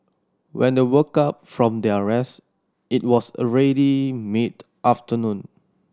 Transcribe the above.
when they woke up from their rest it was already mid afternoon